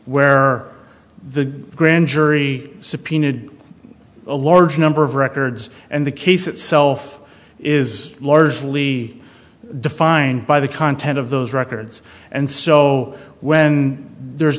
where the grand jury subpoenaed a large number of records and the case itself is largely defined by the content of those records and so when there's